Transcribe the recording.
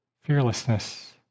fearlessness